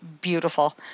beautiful